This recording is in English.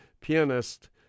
pianist